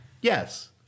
Yes